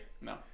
No